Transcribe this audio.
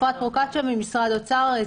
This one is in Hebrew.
אפרת פרוקציה ממשרד האוצר.